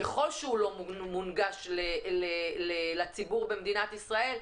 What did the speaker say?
ככל שהוא לא מונגש לציבור במדינת ישראל,